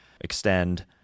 extend